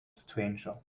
stranger